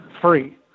free